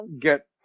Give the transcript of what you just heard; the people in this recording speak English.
get